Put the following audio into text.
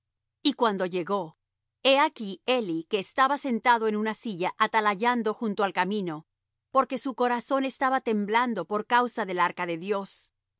y cuando llegó he aquí eli que estaba sentado en una silla atalayando junto al camino porque su corazón estaba temblando por causa del arca de dios